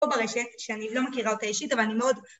פה ברשת, שאני לא מכירה אותה אישית, אבל אני מאוד...